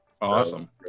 Awesome